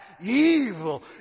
evil